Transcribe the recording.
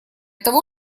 того